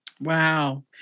Wow